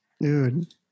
Dude